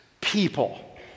people